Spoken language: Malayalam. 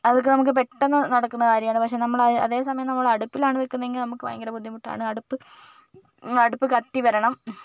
അതൊക്കെ നമുക്ക് പെട്ടന്ന് നടക്കുന്ന കാര്യമാണ് പക്ഷേ നമ്മള് അതേസമയം അടുപ്പിലാണ് വെക്കുന്നതെങ്കിൽ നമുക്കതു ഭയങ്കര ബുദ്ധിമുട്ടാണ് അടുപ്പ് അടുപ്പ് കത്തി വരണം